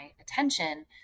attention